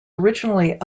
originally